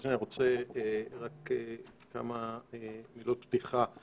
אני רוצה רק כמה מילות פתיחה.